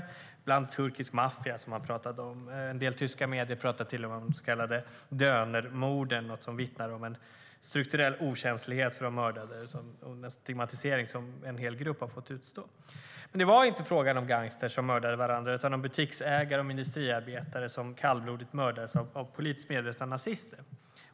Det var en turkisk maffia som man pratade om. En del tyska medier pratade till och med om de så kallade dönermorden, något som vittnar om en strukturell okänslighet för de mördade och den stigmatisering som en hel grupp fått utstå. Men det var inte fråga om gangstrar som mördade varandra utan om butiksägare och industriarbetare som kallblodigt mördades av politiskt medvetna nazister.